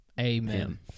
Amen